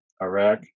Iraq